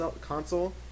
console